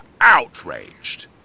outraged